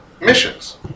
missions